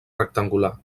rectangular